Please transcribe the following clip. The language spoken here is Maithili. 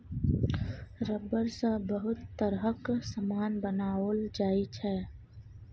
रबर सँ बहुत तरहक समान बनाओल जाइ छै